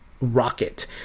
rocket